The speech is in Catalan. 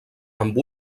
amb